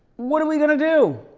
what are we going to do?